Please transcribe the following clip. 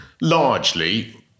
largely